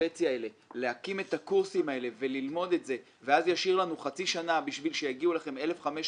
הללו להקים את הקורסים וללמוד את זה ואז זה יותר חצי שנה להגעת 1,5000